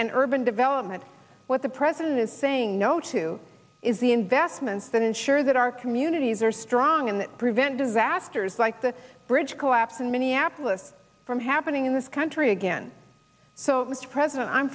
and urban development what the president is saying no to is the investments that ensure that our communities are strong and that prevent disasters like the bridge collapse in minneapolis from happening in this country again so mr president i'm